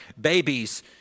babies